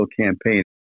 campaign